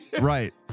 right